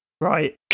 right